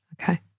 Okay